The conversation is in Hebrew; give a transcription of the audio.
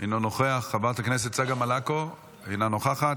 אינו נוכח, חברת הכנסת צגה מלקו, אינה נוכחת,